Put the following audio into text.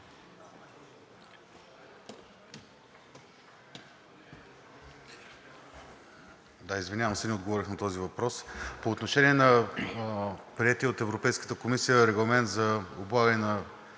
Да, извинявам се, не отговорих на този въпрос. По отношение на приетия от Европейската комисия Регламент за облагане на